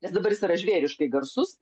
nes dabar jis yra žvėriškai garsus